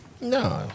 No